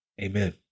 Amen